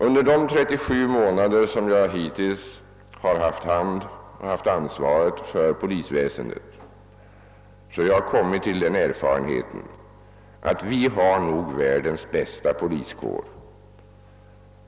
Under de 37 månader som jag hittills haft ansvaret för polisväsendet har jag kommit fram till den uppfattningen att vi nog har världens bästa poliskår.